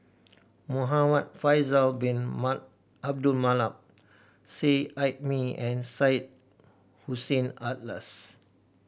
Muhamad Faisal Bin Abdul Manap Seet Ai Mee and Syed Hussein Alatas